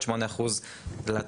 עוד 8% לתאגיד.